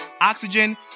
Oxygen